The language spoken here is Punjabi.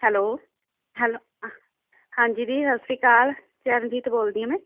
ਹੈਲੋ ਹੈਲੋ ਹਾਂਜੀ ਦੀਦੀ ਸਤਿ ਸ਼੍ਰੀ ਅਕਾਲ ਚਰਨਜੀਤ ਬੋਲਦੀ ਆ ਮੈਂ